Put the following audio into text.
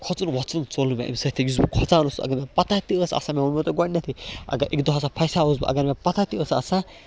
کھۄژُن وۄژُن ژوٚل مےٚ اَمہِ سۭتۍ یُس بہٕ کھۄژان اوسُس اگر مےٚ پتہ تہِ ٲس آسان مےٚ ووٚنمو تۄہہِ گۄڈنٮ۪تھٕے اگر اَکہِ دۄہ ہسا پھسیٛاوُس بہٕ اگر مےٚ پتہ تہِ ٲس آسان